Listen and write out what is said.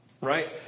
Right